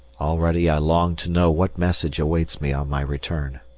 already i long to know what message awaits me on my return.